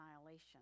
annihilation